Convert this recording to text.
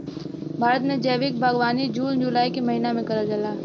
भारत में जैविक बागवानी जून जुलाई के महिना में करल जाला